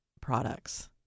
Products